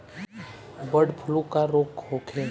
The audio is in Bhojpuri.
बडॅ फ्लू का रोग होखे?